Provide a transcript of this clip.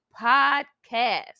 podcast